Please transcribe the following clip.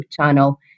channel